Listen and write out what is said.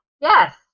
Yes